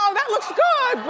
um that looks good,